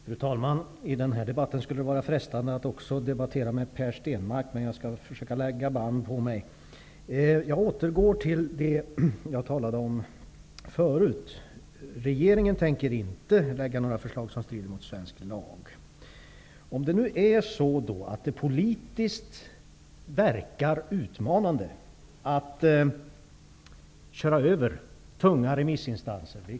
Fru talman! I denna debatt skulle det vara frestande att också debattera med Per Stenmarck, men jag skall försöka lägga band på mig. Jag återgår till det som jag talade om förut. Regeringen tänker inte lägga fram några förslag som strider mot svensk lag. Det kan verka politiskt utmanande att köra över tunga remissinstanser.